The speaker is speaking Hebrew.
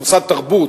מוסד תרבות,